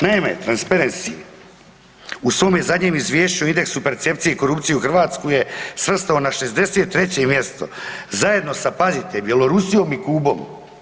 Naime, Transparency u svome zadnjem izvješću o indeksu percepcije korupcije Hrvatsku je svrstao na 63. mjesto zajedno sa pazite Bjelorusijom i Kubom.